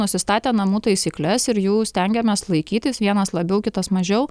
nusistatę namų taisykles ir jų stengiamės laikytis vienos labiau kitos mažiau